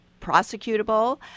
prosecutable